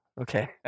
Okay